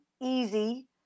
easy